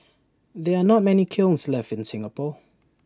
there are not many kilns left in Singapore